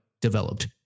developed